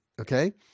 okay